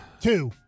Two